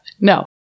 no